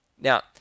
Now